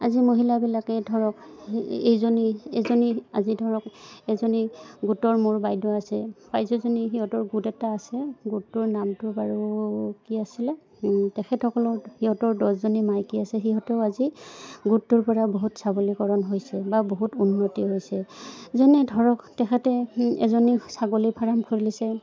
আজি মহিলাবিলাকেই ধৰক এইজনী এজনী আজি ধৰক এজনী গোটৰ মোৰ বাইদেউ আছে বাইদেউজনী সিহঁতৰ গোট এটা আছে গোটটোৰ নামটো বাৰু কি আছিলে তেখেতসকলৰ সিহঁতৰ দহজনী মাইকী আছে সিহঁতেও আজি গোটটোৰপৰা বহুত সবলীকৰণ হৈছে বা বহুত উন্নতি হৈছে যেনে ধৰক তেখেতে এজনীয়ে ছাগলী ফাৰ্ম খুলিছে